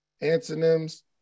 antonyms